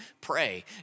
pray